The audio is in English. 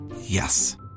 Yes